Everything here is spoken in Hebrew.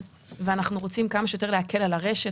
ואנחנו רוצים כמה שיותר להקל על הרשת.